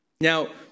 Now